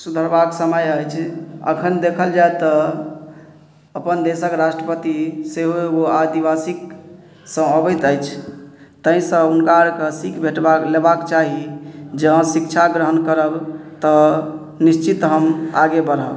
सुधरबाक समय अछि अखन देखल जाय तऽ अपन देशक राष्ट्रपति सेहो एगो आदिवासिसॅं अबैत अछि ताहिसॅं हुनका आरके सीख भेटबाक लेबाक चाही जे अहाँ शिक्षा ग्रहण करब तऽ निश्चित हम आगे बढ़ब